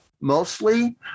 mostly